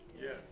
Yes